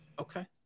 Okay